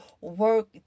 work